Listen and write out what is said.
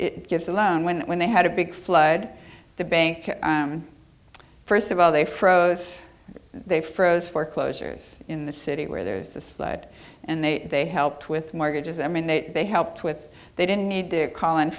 gives a loan when when they had a big flood the bank first of all they froze they froze foreclosures in the city where there's this lead and they they helped with mortgages i mean they they helped with they didn't need to call and